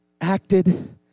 acted